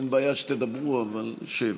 אין בעיה שתדברו, אבל שב.